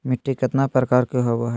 मिट्टी केतना प्रकार के होबो हाय?